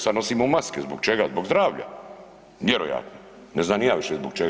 Sad nosimo maske, zbog čega, zbog zdravlja vjerojatno, ne znam ni ja više zbog čega.